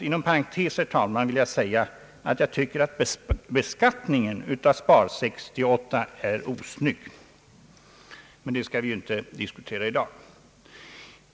Inom parentes vill jag dock säga, herr talman, att beskattningen av Spar 68 enligt min mening är osnygg — men den saken skall vi ju inte diskutera i dag.